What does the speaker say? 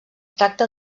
tracta